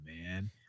man